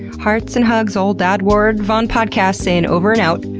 hearts and hugs, ol' dad ward vonpodcast saying over and out.